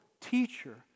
teacher